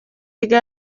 mujyi